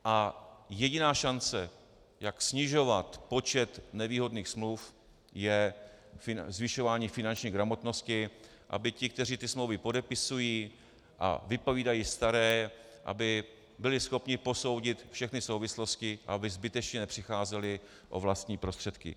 A jediná šance, jak snižovat počet nevýhodných smluv, je zvyšování finanční gramotnosti, aby ti, kteří ty smlouvy podepisují a vypovídají staré, byli schopni posoudit všechny souvislosti, aby zbytečně nepřicházeli o vlastní prostředky.